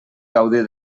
gaudir